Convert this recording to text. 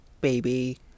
baby